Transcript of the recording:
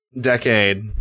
decade